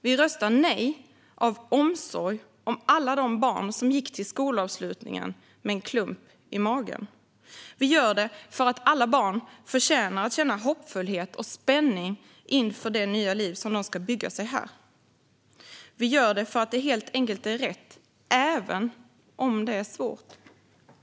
Vi röstar nej av omsorg om alla de barn som gick till skolavslutningen med en klump i magen. Vi gör det för att alla barn förtjänar att känna hoppfullhet och spänning inför det nya liv de ska bygga sig här. Vi gör det för att det helt enkelt är rätt, även om det är svårt.